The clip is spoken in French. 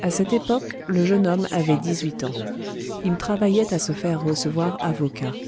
a cette époque le jeune homme avait dix-huit ans il travaillait à se faire recevoir avocat